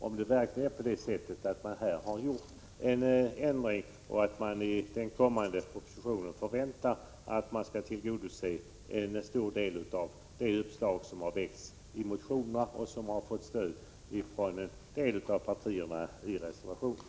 Har en ändring verkligen gjorts så att den kommande propositionen tillgodoser en stor del av de uppslag som har väckts i motionen, vilka har fått stöd av en del av partierna i reservationer?